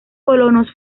colonos